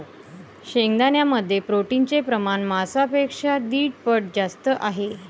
शेंगदाण्यांमध्ये प्रोटीनचे प्रमाण मांसापेक्षा दीड पट जास्त आहे